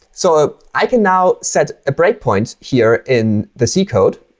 so i can now set a breakpoint here in the c code.